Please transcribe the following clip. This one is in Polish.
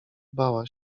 bała